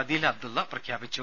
അദീല അബ്ദുള്ള പ്രഖ്യാപിച്ചു